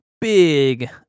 big